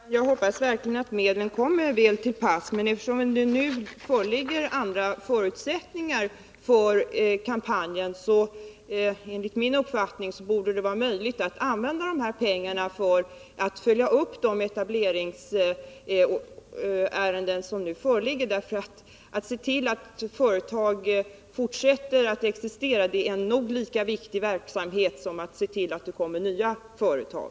Herr talman! Jag hoppas verkligen att medlen kommer väl till pass, men eftersom det nu föreligger andra förutsättningar för kampanjen borde det, enligt min uppfattning, vara möjligt att använda pengarna för att följa upp etableringsärendena. Att se till att företag fortsätter att existera är nog en lika viktig verksamhet som att se till att det skapas nya företag.